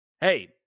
hey